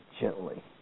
gently